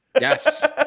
Yes